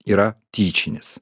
yra tyčinis